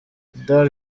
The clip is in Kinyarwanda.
dar